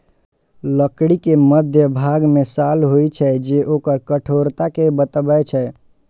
लकड़ी के मध्यभाग मे साल होइ छै, जे ओकर कठोरता कें बतबै छै